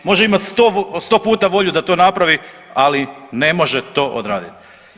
Može imati 100 puta volju da to napravi, ali ne može to odraditi.